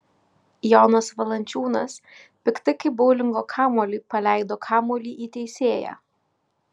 jonas valančiūnas piktai kaip boulingo kamuolį paleido kamuolį į teisėją